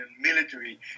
military